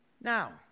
Now